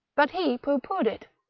but he pooh-poohed it,